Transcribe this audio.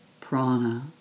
Prana